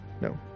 No